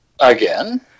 Again